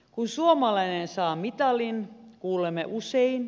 kun suomalainen saa mitalin kuulemme usein